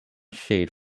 shade